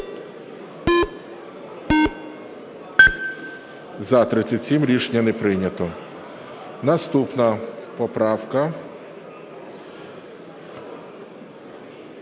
За-37 Рішення не прийнято. Наступна поправка